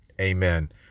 Amen